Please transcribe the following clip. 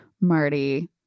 Marty